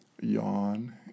yawn